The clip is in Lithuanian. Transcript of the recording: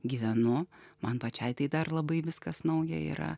gyvenu man pačiai tai dar labai viskas nauja yra